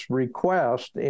request